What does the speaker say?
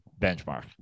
benchmark